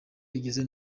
igeze